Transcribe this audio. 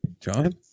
john